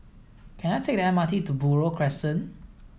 can I take the M R T to Buroh Crescent